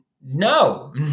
No